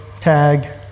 tag